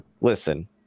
Listen